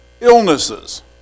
illnesses